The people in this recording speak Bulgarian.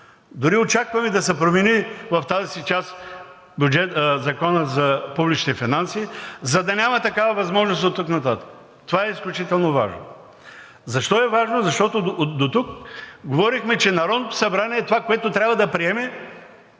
Дори очакваме да се промени в тази си част Законът за публичните финанси, за да няма такава възможност оттук нататък. Това е изключително важно. Защо е важно? Защото дотук говорихме, че Народното събрание, това, което трябва да приеме,